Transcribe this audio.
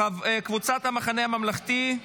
קבוצת המחנה הממלכתי,